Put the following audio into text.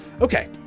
Okay